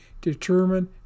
determine